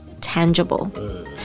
Tangible